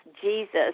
Jesus